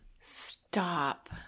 Stop